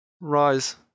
rise